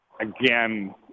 again